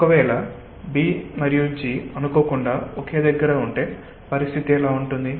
ఒక వేళ B మరియు G అనుకోకుండా ఒకే దగ్గర ఉంటే పరిస్థితి ఎలా ఉంటుంది